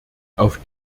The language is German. auf